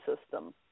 system